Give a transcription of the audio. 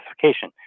classification